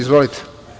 Izvolite.